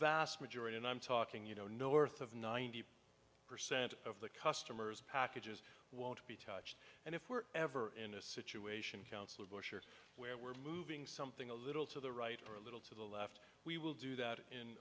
vast majority and i'm talking you know north of ninety percent of the customers packages won't be touched and if we're ever in a situation council bush or where we're moving something a little to the right or a little to the left we will do that in